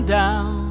down